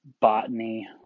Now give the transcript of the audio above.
botany